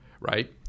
right